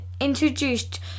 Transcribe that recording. introduced